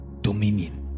dominion